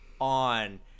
on